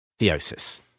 Theosis